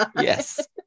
yes